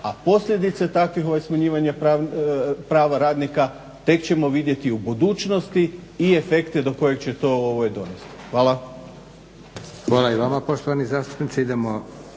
a posljedice takvih smanjivanja prava radnika tek ćemo vidjeti u budućnosti i efekte do kojih će to dovesti. Hvala. **Leko, Josip (SDP)** Hvala i vama poštovani zastupniče.